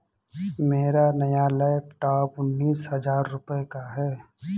मेरा नया लैपटॉप उन्नीस हजार रूपए का है